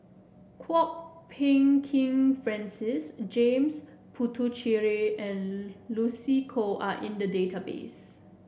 Kwok Peng Kin Francis James Puthucheary and Lucy Koh are in the database